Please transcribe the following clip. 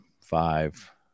five